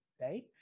right